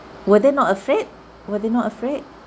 were they not afraid were they not afraid